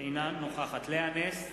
אינה נוכחת לאה נס,